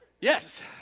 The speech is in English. Yes